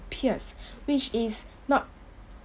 peers which is not